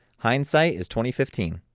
hind sight is twenty fifteen.